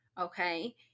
Okay